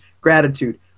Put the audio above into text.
gratitude